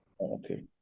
Okay